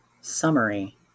summary